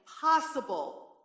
possible